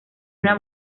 una